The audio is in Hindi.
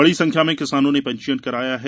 बडी संख्या में किसानों ने पंजीयन कराया है